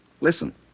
Listen